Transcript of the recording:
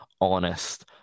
honest